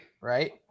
Right